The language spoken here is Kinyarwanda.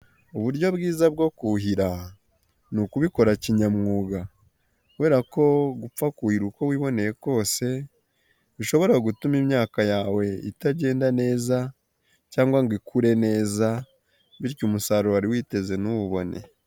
Uburyo bwiza bwo kuhira, ni ukubikora kinyamwuga kubera ko gupfa kuhira uko wiboneye kose, bishobora gutuma imyaka yawe itagenda neza cyangwa ngo ikure neza, bityo umusaruro wari witeze ntuwubone.